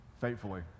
faithfully